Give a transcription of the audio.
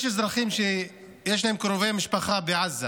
יש אזרחים שיש להם קרובי משפחה בעזה,